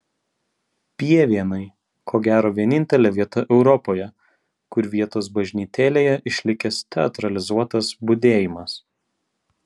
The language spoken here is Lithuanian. pievėnai ko gero vienintelė vieta europoje kur vietos bažnytėlėje išlikęs teatralizuotas budėjimas